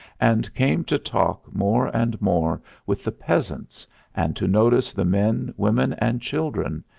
and came to talk more and more with the peasants and to notice the men, women and children,